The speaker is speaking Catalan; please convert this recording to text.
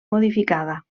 modificada